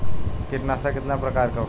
कीटनाशक कितना प्रकार के होखेला?